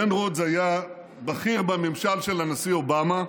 בן רודס היה בכיר בממשל של הנשיא אובמה.